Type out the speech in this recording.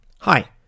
Hi